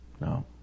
No